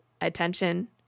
attention